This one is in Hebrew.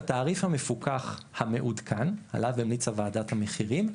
שהתעריף המפוקח המעודכן עליו המליצה ועדת המחירים,